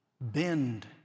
bend